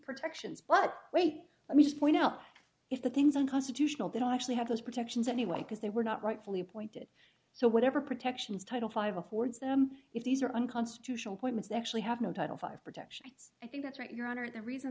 protections but wait let me just point out if the things unconstitutional they don't actually have those protections anyway because they were not rightfully pointed so whatever protections title five affords them if these are unconstitutional points they actually have no title five protections i think that's right your honor the reason